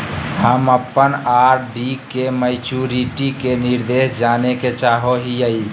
हम अप्पन आर.डी के मैचुरीटी के निर्देश जाने के चाहो हिअइ